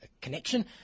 connection